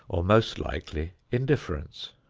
or most likely indifference.